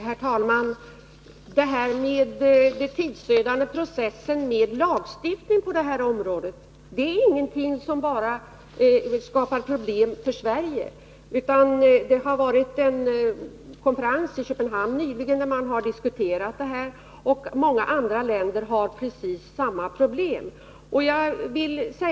Herr talman! Den tidsödande processen med en lagstiftning på detta område är inte någonting som skapar problem bara för Sverige. Det har nyligen varit en konferens i Köpenhamn, där man diskuterat detta. Också - många andra länder har precis samma problem.